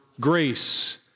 grace